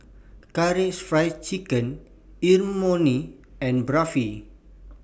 Karaage Fried Chicken Imoni and Barfi